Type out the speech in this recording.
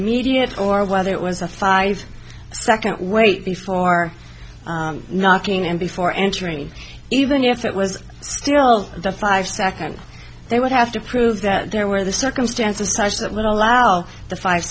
immediate or whether it was a five second wait before knocking and before entering even if it was still the five second they would have to prove that there were the circumstances such that would allow the five